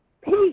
Peace